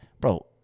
Bro